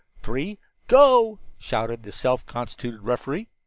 three go! shouted the self-constituted referee.